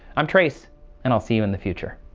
i'm trace and i'll see you in the future.